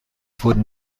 wurden